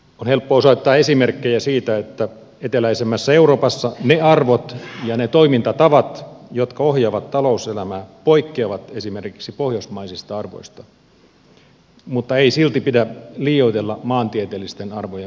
on helppo osoittaa esimerkkejä siitä että eteläisemmässä euroopassa ne arvot ja ne toimintatavat jotka ohjaavat talouselämää poikkeavat esimerkiksi pohjoismaisista arvoista mutta ei silti pidä liioitella maantieteellisten arvojen merkitystä